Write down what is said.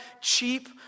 cheap